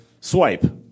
swipe